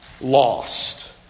lost